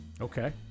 Okay